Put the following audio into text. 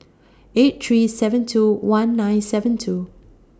eight three seven two one nine seven two